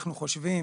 אנחנו חושבים,